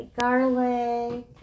garlic